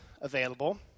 available